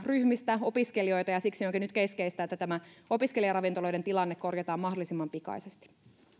ryhmistä opiskelijoita ja siksi onkin nyt keskeistä että opiskelijaravintoloiden tilanne korjataan mahdollisimman pikaisesti